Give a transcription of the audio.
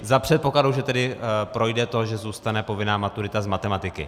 Za předpokladu, že tedy projde to, že zůstane povinná maturita z matematiky.